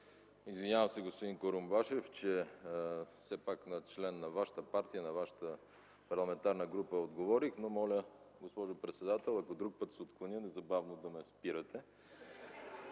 Извинявам се, господин Курумбашев, че все пак отговорих на член на Вашата партия, на Вашата парламентарна група, но моля, госпожо председател, ако друг път се отклоня незабавно да ме спирате